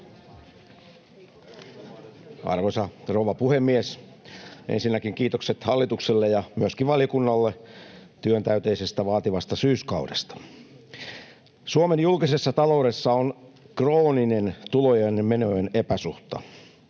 Arvoisa rouva puhemies! Ensinnäkin kiitokset hallitukselle ja myöskin valiokunnalle työntäyteisestä vaativasta syyskaudesta. Suomen julkisessa taloudessa on krooninen tulojen ja menojen epäsuhta.